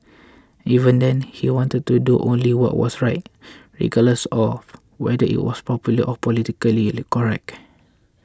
even then he wanted to do only what was right regardless of whether it was popular or politically correct